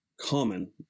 common